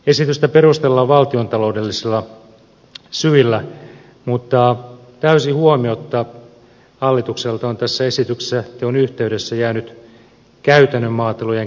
esitystä perustellaan valtiontaloudellisilla syillä mutta täysin huomiotta hallitukselta on tässä esityksen teon yhteydessä jäänyt käytännön maatilojen kehittämistarve